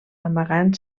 amagant